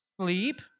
sleep